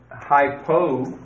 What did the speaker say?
hypo